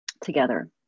together